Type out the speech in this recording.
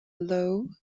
low